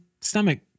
stomach